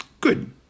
Good